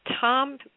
tom